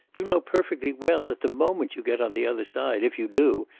you know perfectly well that the moment you get on the other side, if you do,